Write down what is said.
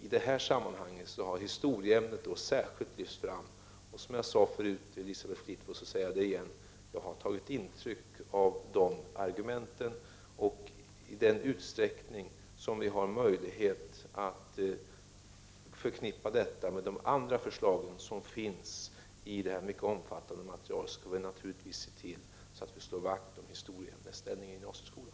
I detta sammanhang har historieämnet särskilt lyfts fram. Som jag tidigare har sagt, Elisabeth Fleetwood, har jag tagit intryck av argumenten i den diskussionen, och i den utsträckning som vi har möjlighet att förknippa detta med de andra förslag som finns i detta mycket omfattande material skall vi naturligtvis slå vakt om historieämnets ställning i gymnasieskolan.